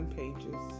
pages